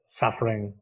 suffering